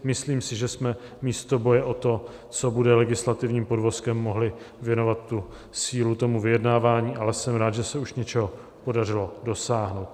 Myslím si, že jsme místo boje o to, co bude legislativním podvozkem, mohli věnovat sílu vyjednávání, ale jsem rád, že se už něčeho podařilo dosáhnout.